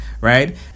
right